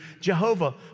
Jehovah